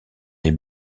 les